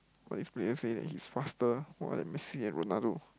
!wah! this player say that he's faster !wah! than Messi and Ronaldo